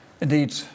Indeed